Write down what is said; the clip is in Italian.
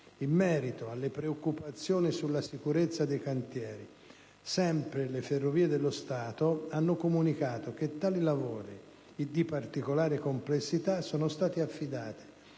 In merito alle preoccupazioni sulla sicurezza dei cantieri, sempre le Ferrovie dello Stato hanno comunicato che tali lavori, di particolare complessità, sono stati affidati